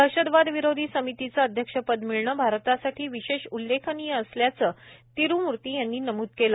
दहशतवादविरोधी समितीचं अध्यक्षपद मिळणं भारतासाठी विशेष उल्लेखनीय असल्याचं तिरुमूर्ती यांनी नमूद केलं